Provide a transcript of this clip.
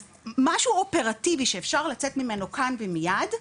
אז משהו אופרטיבי שאפשר לצאת ממנו כאן ומיד,